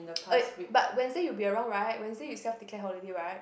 eh but Wednesday you'll be around right Wednesday you self declare holiday right